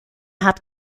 hat